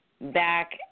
back